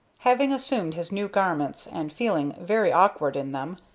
having assumed his new garments, and feeling very awkward in them,